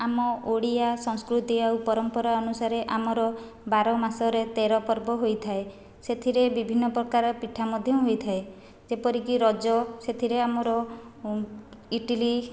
ଆମ ଓଡ଼ିଆ ସଂସ୍କୃତି ଆଉ ପରମ୍ପରା ଅନୁସାରେ ଆମର ବାର ମାସରେ ତେର ପର୍ବ ହୋଇଥାଏ ସେଥିରେ ବିଭିନ୍ନ ପ୍ରକାର ପିଠା ମଧ୍ୟ ହୋଇଥାଏ ଯେପରିକି ରଜ ସେଥିରେ ଆମର ଇଟିଲି